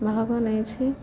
ଭାଗ ନେଇଛି